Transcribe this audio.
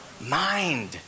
mind